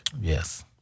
Yes